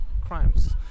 crimes